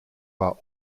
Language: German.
war